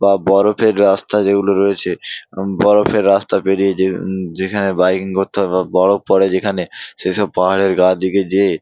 বা বরফের রাস্তা যেগুলো রয়েছে বরফের রাস্তা পেরিয়ে যে যেখানে বাইকিং করতে হবে বরফ পড়ে যেখানে সেসব পাহাড়ের গা দিকে যেয়ে